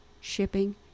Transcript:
shipping